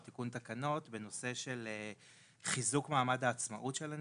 או תיקון תקנות בנושא של חיזוק מעמד העצמאות של הנציבות,